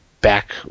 back